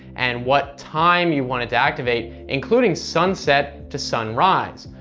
and what time you want it to activate, including sunset to sunrise.